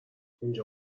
اینجا